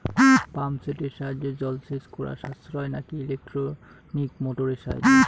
Pump সেটের সাহায্যে জলসেচ করা সাশ্রয় নাকি ইলেকট্রনিক মোটরের সাহায্যে?